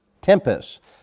Tempest